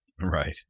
Right